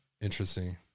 interesting